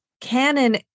canon